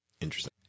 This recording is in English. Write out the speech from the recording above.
Interesting